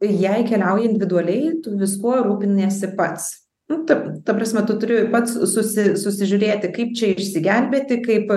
jei keliauji individualiai tu viskuo rūpiniesi pats nu ta ta prasme tu turi pats susi susižiūrėti kaip čia išsigelbėti kaip